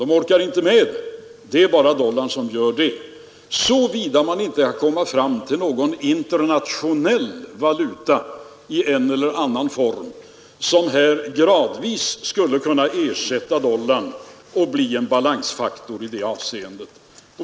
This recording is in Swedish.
Det är bara dollarn som kan fylla den uppgiften, såvida man inte kan komma fram till någon internationell valuta i en eller annan form som gradvis skulle kunna ersätta dollarn och bli en balansfaktor i det avseendet.